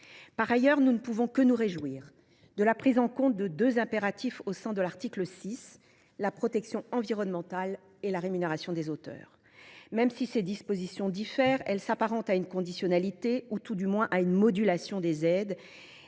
Par ailleurs, nous ne pouvons que nous réjouir de la prise en compte de deux impératifs au sein de l’article 6 : la protection environnementale et la rémunération des auteurs. Même si les dispositions diffèrent, elles s’apparentent à une conditionnalité, ou tout du moins à une modulation, des aides